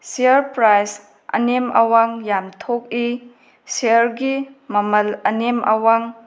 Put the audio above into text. share price ꯑꯅꯦꯝ ꯑꯋꯥꯡ ꯌꯥꯝ ꯊꯣꯛꯏ ꯁꯤꯌꯥꯔꯒꯤ ꯃꯃꯜ ꯑꯅꯦꯝ ꯑꯋꯥꯡ